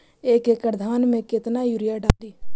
एक एकड़ धान मे कतना यूरिया डाली?